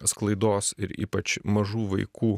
sklaidos ir ypač mažų vaikų